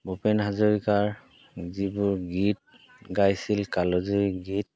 ভূপেন হাজৰিকাৰ যিবোৰ গীত গাইছিল কালজয়ী গীত